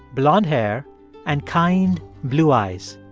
blond hair and kind, blue eyes.